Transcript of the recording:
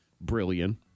Brilliant